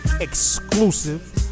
exclusive